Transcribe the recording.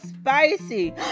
spicy